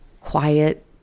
quiet